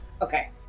Okay